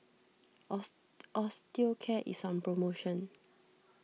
Osteocare is on promotion